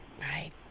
Right